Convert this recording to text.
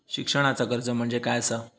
शिक्षणाचा कर्ज म्हणजे काय असा?